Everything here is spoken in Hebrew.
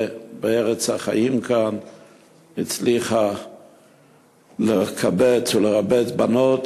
ובארץ החיים כאן הצליחה לקבץ בנות